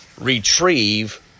retrieve